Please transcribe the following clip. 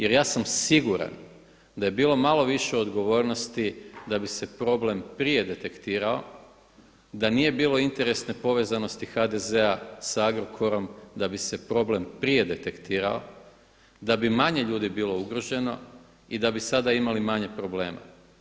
Jer ja sam siguran da je bilo malo više odgovornosti da bi se problem prije detektirao, da nije bilo interesne povezanosti HDZ-a sa Agrokorom da bi se problem prije detektirao, da bi manje ljudi bilo ugroženo i da bi sada imali manje problema.